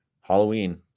halloween